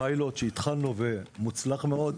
פיילוט מוצלח מאוד שהתחלנו.